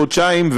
חודשיים,